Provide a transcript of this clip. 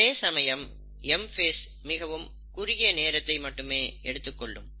அதே சமயம் M phase மிகவும் குறுகிய நேரத்தை மட்டுமே எடுத்துக்கொள்ளும்